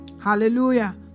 Hallelujah